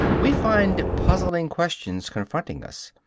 we find puzzling questions confronting us,